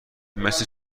مثل